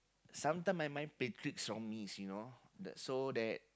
sometime my mind play tricks on me you know the so that